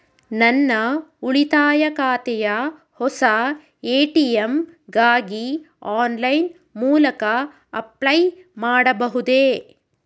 ನನ್ನ ಉಳಿತಾಯ ಖಾತೆಯ ಹೊಸ ಎ.ಟಿ.ಎಂ ಗಾಗಿ ಆನ್ಲೈನ್ ಮೂಲಕ ಅಪ್ಲೈ ಮಾಡಬಹುದೇ?